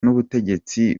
n’ubutegetsi